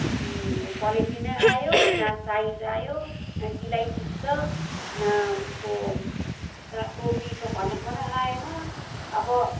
quality नै आयो न साइज आयो न सिलाइ ठिक छ न यसको न टोपी छ भनेको नै आएन अब